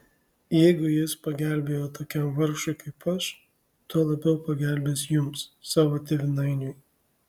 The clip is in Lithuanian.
jeigu jis pagelbėjo tokiam vargšui kaip aš tuo labiau pagelbės jums savo tėvynainiui